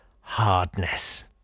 hardness